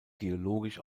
geologisch